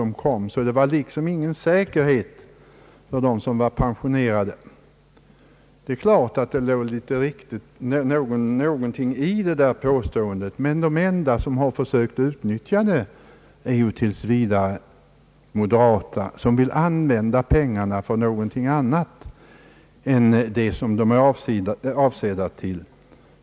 Man menade att det inte fanns någon säkerhet för de pensionerade. Det är klart att det låg någonting i det påståendet, men de enda som försökt utnyttja dessa möjligheter till ändringar är tills vidare de moderata, som vill använda pengarna till något annat än vad de är avsedda till.